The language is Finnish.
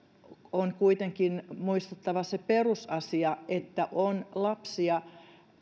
on kuitenkin muistettava se perusasia että on lapsia